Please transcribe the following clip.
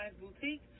Boutique